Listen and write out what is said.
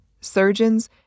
surgeons